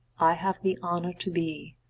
i have the honour to be,